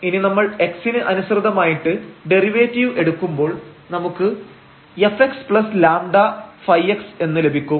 ഇനി നമ്മൾ x ന് അനുസൃതമായിട്ട് ഡെറിവേറ്റീവ് എടുക്കുമ്പോൾ നമുക്ക് fxλϕx എന്ന് ലഭിക്കും